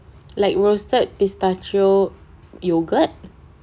like roasted pistachio yoghurt